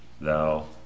thou